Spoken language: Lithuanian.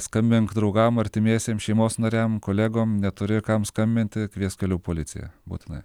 skambink draugam artimiesiem šeimos nariam kolegom neturi kam skambinti kviesk kelių policiją būtinai